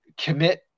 commit